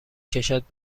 کشد